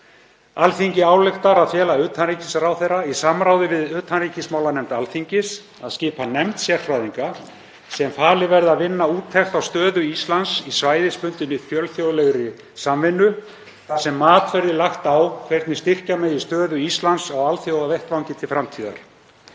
„Alþingi ályktar að fela utanríkisráðherra í samráði við utanríkismálanefnd Alþingis að skipa nefnd sérfræðinga sem falið verði að vinna úttekt á stöðu Íslands í svæðisbundinni, fjölþjóðlegri samvinnu þar sem mat verði lagt á hvernig styrkja megi stöðu Íslands á alþjóðavettvangi til framtíðar.